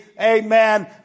Amen